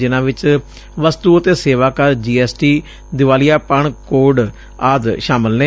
ਜਿਨ੍ਹਾਂ ਵਿਚ ਵਸਤੂ ਅਤੇ ਸੇਵਾ ਕਰ ਜੀ ਐਸ ਟੀ ਦਿਵਾਲੀਆਪਣ ਕੋਡ ਆਦਿ ਸ਼ਾਮਲ ਨੇ